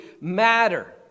matter